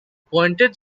pointed